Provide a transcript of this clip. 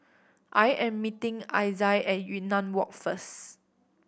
I am meeting Isai at Yunnan Walk first